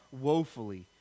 woefully